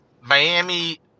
Miami